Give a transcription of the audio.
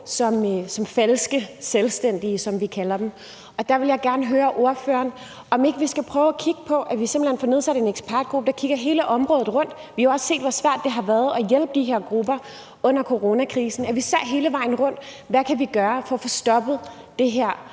som falske selvstændige, som vi kalder dem. Der vil jeg gerne høre ordføreren, om ikke vi skal prøve at kigge på, at vi simpelt hen får nedsat en ekspertgruppe, der kigger på hele området – vi har jo også set, hvor svært det har været at hjælpe de her grupper under coronakrisen – så vi ser hele vejen rundt og ser på, hvad vi kan gøre for at få stoppet det her